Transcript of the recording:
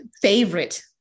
favorite